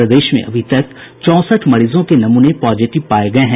प्रदेश में अभी तक चौंसठ मरीजों के नमूने पॉजिटिव पाये गये हैं